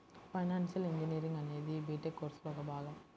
financial engineering అనేది B Tech కోర్సులో ఒక భాగం